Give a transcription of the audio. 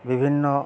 বিভিন্ন